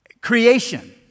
creation